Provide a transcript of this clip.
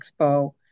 Expo